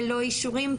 ללא אישורים,